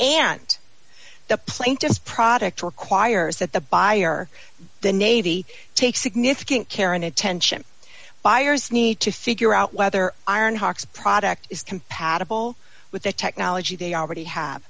and the plaintiff's product requires that the buyer the navy take significant care and attention buyers need to figure out whether iron hocks product is compatible with the technology they already have